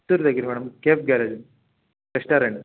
చిత్తూరు దగ్గిర madam cafe garage restaurant